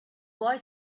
boy